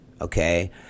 okay